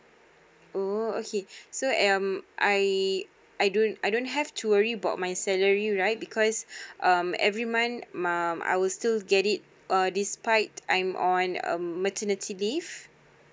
oh okay so um I I don't I don't have to worry about my salary right because um every month um I will still get it err despite I am on um maternity leave